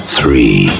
Three